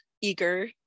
eager